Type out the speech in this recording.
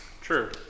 True